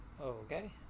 okay